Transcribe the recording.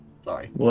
Sorry